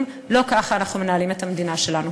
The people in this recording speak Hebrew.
ולא כך אנחנו מנהלים את המדינה שלנו.